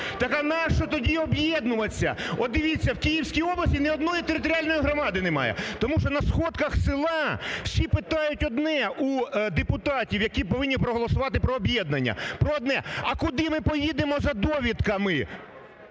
Так а нащо тоді об'єднуватися? От дивіться, в Київській області ні однієї територіальної громади немає. Тому що на сходках села всі питають одне у депутатів, які повинні проголосувати про об'єднання, про одне: а куди ми поїдемо за довідками?